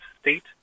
state